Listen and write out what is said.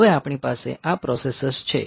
હવે આપણી પાસે આ પ્રોસેસર્સ છે